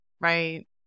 right